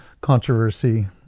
controversy